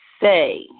say